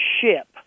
ship